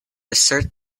assert